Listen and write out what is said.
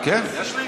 יש לי?